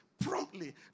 promptly